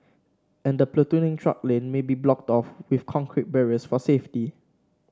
and the platooning truck lane may be blocked off with concrete barriers for safety